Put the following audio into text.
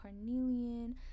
carnelian